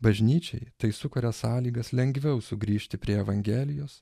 bažnyčiai tai sukuria sąlygas lengviau sugrįžti prie evangelijos